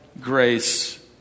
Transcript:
grace